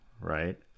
right